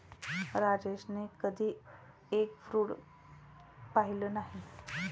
राजेशने कधी egg fruit पाहिलं नाही